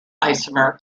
isomer